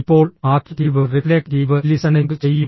ഇപ്പോൾ active reflective listening ചെയ്യുക